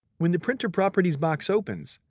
when the printer properties box opens,